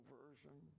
Version